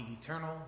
eternal